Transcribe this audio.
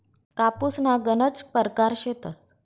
कापूसना गनज परकार शेतस